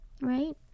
right